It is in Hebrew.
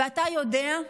ואתה יודע,